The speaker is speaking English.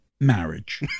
marriage